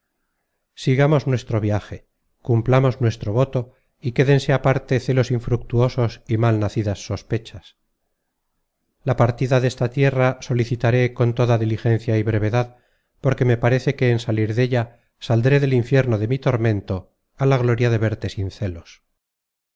gamos nuestro viaje cumplamos nuestro voto y quédense aparte celos infructuosos y mal nacidas sospechas la par tida desta tierra solicitaré con toda diligencia y brevedad porque me parece que en salir della saldré del infierno de mi tormento á la gloria de verte sin celos